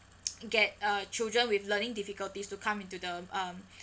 get uh children with learning difficulties to come into the um